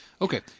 Okay